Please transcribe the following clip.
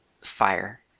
fire